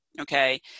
Okay